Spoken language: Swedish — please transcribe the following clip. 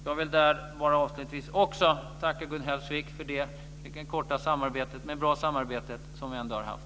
Jag vill avslutningsvis tacka Gun Hellsvik för det korta men bra samarbete som vi har haft.